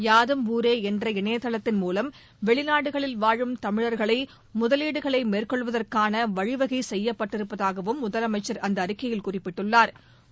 யாதும் ஊரே என்ற இணையதளத்தின் மூலம் வெளிநாடுகளில் வாழும் தமிழர்களை முதலீடுகளை மேற்கொள்வதற்கான வழிவகை செய்யப்பட்டிருப்பதாகவும் முதலமைச்ச் அந்த அறிக்கையில் குறிப்பிட்டுள்ளா்